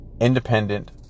independent